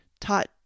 taught